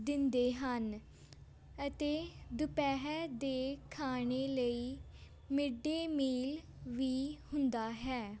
ਦਿੰਦੇ ਹਨ ਅਤੇ ਦੁਪਹਿਰ ਦੇ ਖਾਣੇ ਲਈ ਮਿੱਡ ਡੇ ਮੀਲ ਵੀ ਹੁੰਦਾ ਹੈ